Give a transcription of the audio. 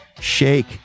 shake